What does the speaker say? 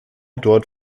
dort